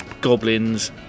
goblins